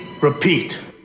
repeat